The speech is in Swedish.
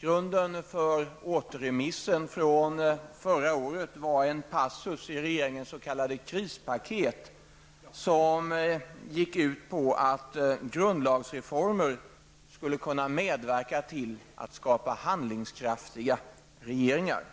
Grunden till återremissen från förra året var en passus i regeringens s.k. krispaket, som gick ut på att grundlagsreformer skulle kunna medverka till att skapa handlingskraftiga regeringar.